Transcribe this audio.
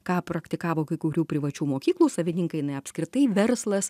ką praktikavo kai kurių privačių mokyklų savininkai apskritai verslas